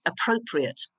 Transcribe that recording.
appropriate